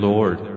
Lord